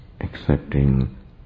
accepting